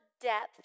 depth